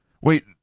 Wait